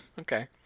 Okay